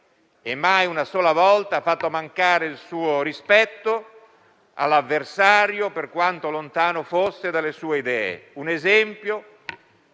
e mai una sola volta ha fatto mancare il suo rispetto all'avversario, per quanto lontano fosse dalle sue idee. Un esempio